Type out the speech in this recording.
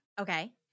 Okay